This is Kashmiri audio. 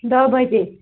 دَہ بَجے